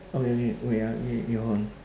okay okay wait ah wait you hold on